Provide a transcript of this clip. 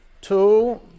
two